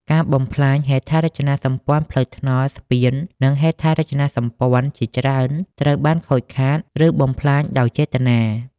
ការបំផ្លាញហេដ្ឋារចនាសម្ព័ន្ធផ្លូវថ្នល់ ស្ពាន និងហេដ្ឋារចនាសម្ព័ន្ធជាច្រើនត្រូវបានខូចខាត ឬបំផ្លាញដោយចេតនា។